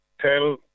tell